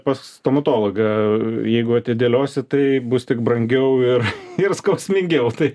pas stomatologą jeigu atidėliosi tai bus tik brangiau ir ir skausmingiau tai tikrai taip